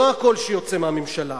לא הקול שיוצא מהממשלה,